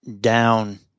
down